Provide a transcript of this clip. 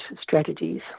strategies